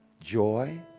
Joy